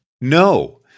No